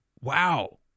wow